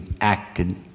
acted